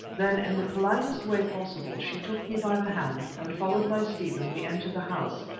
then in the politest way possible she took me by the hand, and followed by stephen, we entered the house,